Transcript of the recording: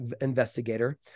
investigator